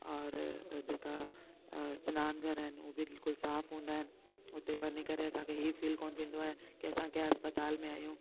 और जेका सिनान घर आहिनि हू बि बिल्कुलु साफ़ हूंदा आहिनि हुते वञी करे असांखे हीअ फील कोन्ह थींदो आहे की असां कंहिं अस्पताल में आहियूं